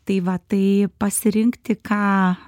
tai va tai pasirinkti ką